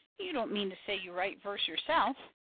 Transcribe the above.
you don't mean to say you write verse yourself?